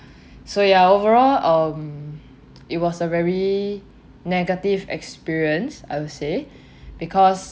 so ya overall um it was a very negative experience I would say because